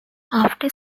after